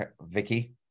Vicky